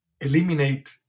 eliminate